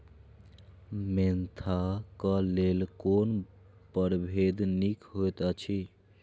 Mentha क लेल कोन परभेद निक होयत अछि?